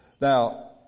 Now